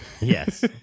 yes